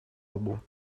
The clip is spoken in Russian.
лбу